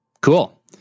Cool